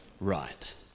right